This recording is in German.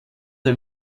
der